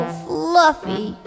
fluffy